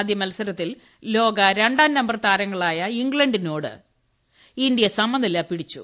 ആദ്യമത്സരത്തിൽ ലോക ര ാം നമ്പർ താരങ്ങളായ ഇംഗ്ല ിനോട് ഇന്ത്യ സമനില പിടിച്ചു